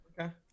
Okay